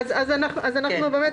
אבל הוא לא מוכר.